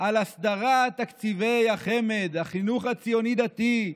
על הסדרת תקציבי החמ"ד, החינוך הציוני-דתי,